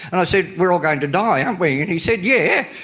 and i said, we are all going to die, aren't we? and he said, yeah,